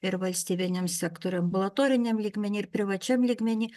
ir valstybiniam sektoriuj ambulatoriniam lygmeny privačiam lygmeny